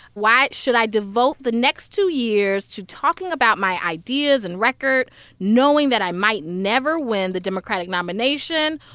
why should i devote the next two years to talking about my ideas and record knowing that i might never win the democratic nomination?